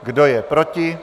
Kdo je proti?